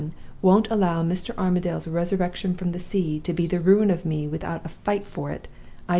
won't allow mr. armadale's resurrection from the sea to be the ruin of me without a fight for it,